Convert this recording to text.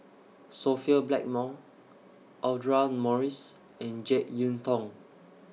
Sophia Blackmore Audra Morrice and Jek Yeun Thong